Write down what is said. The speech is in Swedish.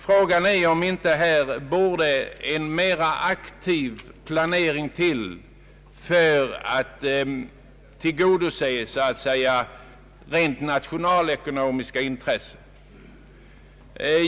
Frågan är om inte här en mera aktiv planering för en jämnare fördelning borde till för att tillgodose rent nationalekonomiska intressen.